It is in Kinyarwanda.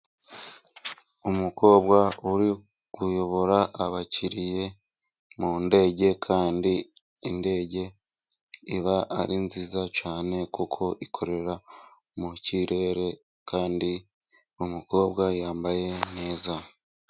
Umukobwa uri kuyobora abakiriya mu ndege, kandi indege iba ari nziza cyane, kuko ikorera mu kirere, kandi umukobwa yambaye neza.